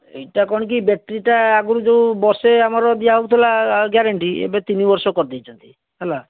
ଏଇଟା କ'ଣ କି ବ୍ୟାଟେରୀ ଆଗରୁ ଯେଉଁ ବର୍ଷେ ଆମର ଦିଆହେଉଥିଲା ଗ୍ୟାରେଣ୍ଟି ଏବେ ତିନି ବର୍ଷ କରିଦେଇଛନ୍ତି ହେଲା